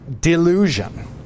delusion